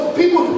people